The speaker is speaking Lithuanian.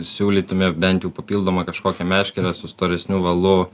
siūlytume bent jau papildomą kažkokią meškerę su storesniu valu tikrai